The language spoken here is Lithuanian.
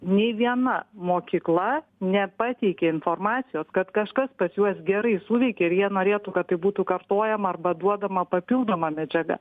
nei viena mokykla nepateikė informacijos kad kažkas pas juos gerai suveikė ir jie norėtų kad tai būtų kartojama arba duodama papildoma medžiaga